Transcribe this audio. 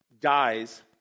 dies